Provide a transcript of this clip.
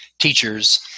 teachers